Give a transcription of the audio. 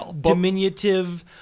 diminutive